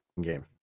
game